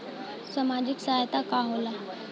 सामाजिक सहायता का होला?